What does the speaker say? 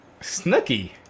Snooky